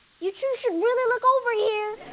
you two should really look over here.